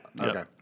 Okay